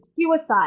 suicide